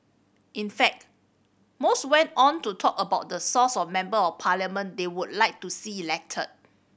in fact most went on to talk about the source of Member of Parliament they would like to see elected